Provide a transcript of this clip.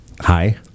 Hi